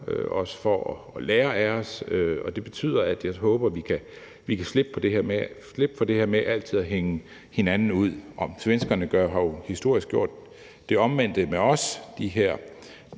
os for at lære af os, og det betyder, at jeg håber, vi kan slippe for det her med altid at hænge hinanden ud, og svenskerne har jo historisk gjort det omvendte med os, altså